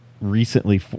recently